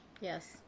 Yes